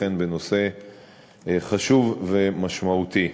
אכן בנושא חשוב ומשמעותי.